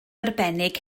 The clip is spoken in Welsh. arbennig